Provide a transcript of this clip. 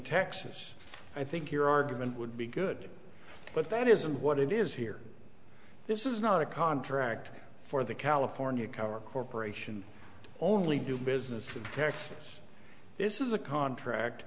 texas i think your argument would be good but that isn't what it is here this is not a contract for the california power corporation only do business with texas this is a contract